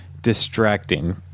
distracting